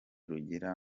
rugira